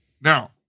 Now